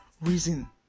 reason